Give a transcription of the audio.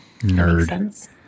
Nerd